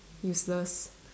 useless